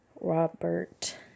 Robert